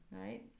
right